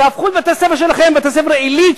תהפכו את בתי-הספר שלכם לבתי-ספר עילית,